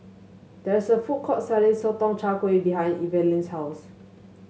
there is a food court selling Sotong Char Kway behind Evalena's house